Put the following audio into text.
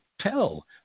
tell